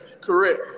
Correct